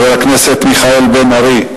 חבר הכנסת מיכאל בן-ארי,